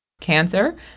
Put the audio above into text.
cancer